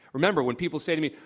remember, when people say to me,